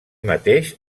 mateix